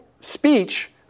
speech